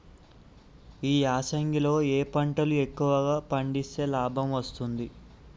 ఈ యాసంగి లో ఏ పంటలు ఎక్కువగా పండిస్తే లాభం వస్తుంది?